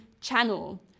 Channel